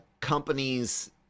companies